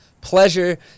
pleasure